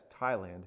Thailand